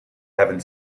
having